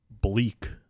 bleak